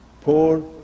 Poor